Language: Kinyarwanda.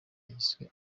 yiswe